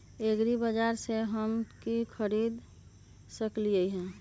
एग्रीबाजार से हम की की खरीद सकलियै ह?